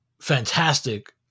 fantastic